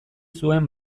zuen